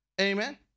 Amen